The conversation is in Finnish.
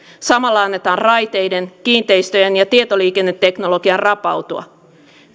samalla annetaan raiteiden kiinteistöjen ja tietoliikenneteknologian rapautua